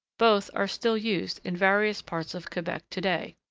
both are still used in various parts of quebec to-day.